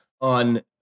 on